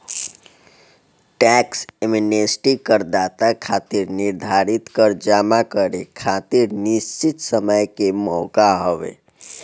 tax amnesty करदाता खातिर निर्धारित कर जमा करे खातिर निश्चित समय के मौका हवे